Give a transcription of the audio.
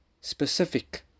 specific